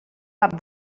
cap